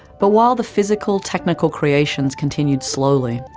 but while the physical technical creations continued slowly,